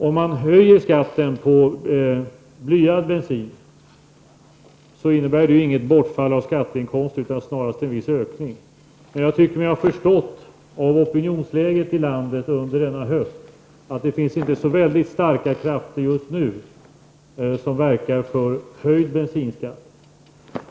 Om man höjer skatten på blyad bensin innebär det inget bortfall av skatteinkomster, snarast en viss ökning. Jag tycker mig har förstått av opinionsläget i landet under hösten att det inte finns så väldigt starka krafter just nu som verkar för höjd bensinskatt.